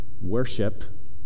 worship